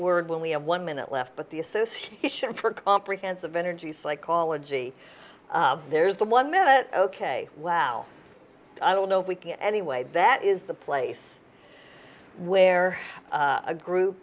word when we have one minute left but the association for comprehensive energy psychology there's the one minute ok wow i don't know if we can anyway that is the place where a group